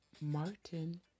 Martin